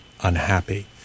unhappy